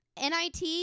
NIT